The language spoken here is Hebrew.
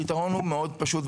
הפתרון הוא מאוד פשוט,